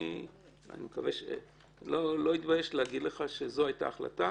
אני לא אתבייש להגיד לך שזו הייתה ההחלטה.